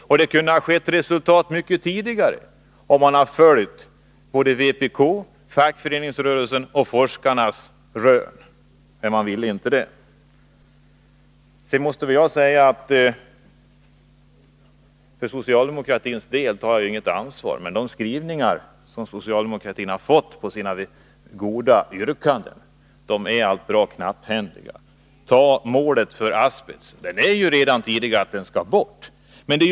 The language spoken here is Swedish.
Det hade kunnat bli resultat mycket tidigare, om man följt förslagen från vpk och fackföreningsrörelsen och tagit hänsyn till forskarnas rön, men det ville man inte. Sedan vill jag säga att jag inte riktigt kan dela uppfattningen om vad socialdemokraterna har åstadkommit i utskottet. De skrivningar som socialdemokraterna uppnått angående sina yrkanden är allt bra knapphändiga. målet för åtgärderna i fråga om asbest! Det är ju redan tidigare fastlagt att asbest skall bort.